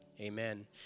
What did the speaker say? Amen